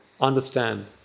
understand